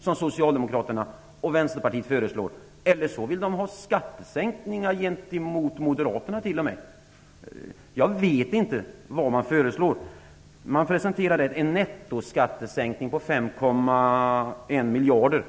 som Socialdemokraterna och Vänsterpartiet föreslår, eller så vill de ha fler skattesänkningar än t.o.m. Moderaterna. Jag vet inte vad de föreslår. De presenterar en nettoskattesänkning på 5,1 miljarder.